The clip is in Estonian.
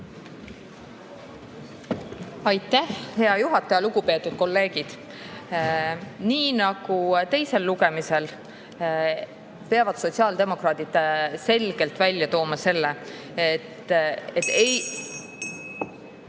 Aitäh, hea juhataja! Lugupeetud kolleegid! Nii nagu teisel lugemisel, peavad sotsiaaldemokraadid selgelt välja tooma selle, et ei